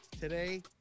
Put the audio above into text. Today